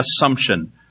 assumption